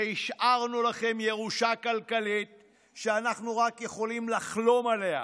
והשארנו לכם ירושה כלכלית שאנחנו רק יכולים לחלום עליה,